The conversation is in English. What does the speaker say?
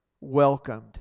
welcomed